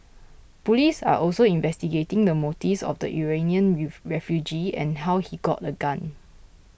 police are also investigating the motives of the Iranian refugee and how he got a gun